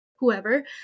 whoever